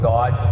God